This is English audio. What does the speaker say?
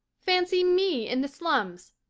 fancy me in the slums!